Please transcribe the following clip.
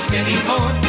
anymore